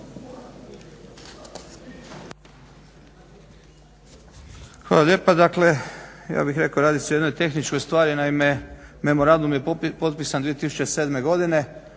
Hvala lijepa. Dakle radi se ja bih rekao o jednoj tehničkoj stvari. Naime, memorandum je potpisan 2007.godine,